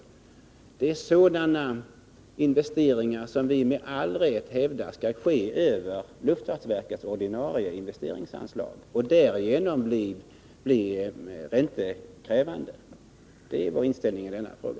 Det är sådana investeringar som vi med all rätt hävdar skall ske över luftfartsverkets ordinarie investeringsanslag och därigenom bli Utveckling i Norrräntekrävande. Det är vår inställning i denna fråga.